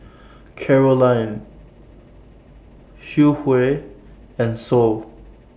Caroline Hughey and Sol